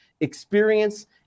experience